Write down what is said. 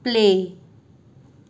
play